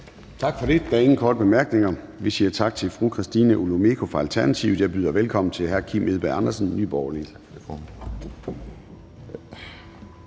Tak for det. Der er ingen korte bemærkninger. Vi siger tak til fru Christina Olumeko fra Alternativet. Og jeg byder velkommen til hr. Kim Edberg Andersen, Nye